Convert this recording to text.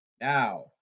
Now